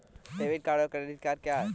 Debit और credit क्या है?